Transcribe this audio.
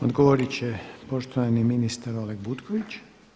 Odgovorit će poštovani ministar Oleg Butković.